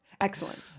Excellent